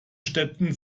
städten